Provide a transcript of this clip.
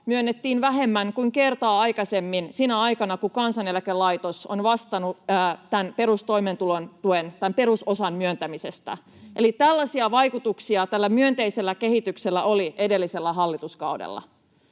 myönnettiin vähemmän kuin kertaakaan aikaisemmin sinä aikana, kun Kansaneläkelaitos on vastannut tästä toimeentulotuen perusosan myöntämisestä. Eli tällaisia vaikutuksia tällä myönteisellä kehityksellä oli edellisellä hallituskaudella.